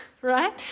right